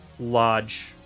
large